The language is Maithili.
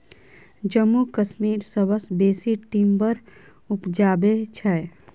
जम्मू कश्मीर सबसँ बेसी टिंबर उपजाबै छै